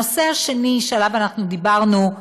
הנושא השני שעליו דיברנו,